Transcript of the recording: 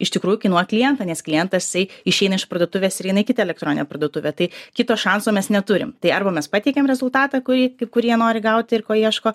iš tikrųjų kainuoja klientą nes klientas jisai išeina iš parduotuvės ir eina į kitą elektroninę parduotuvę tai kito šanso mes neturim tai arba mes pateikiam rezultatą kurį kaip kurie nori gauti ir ko ieško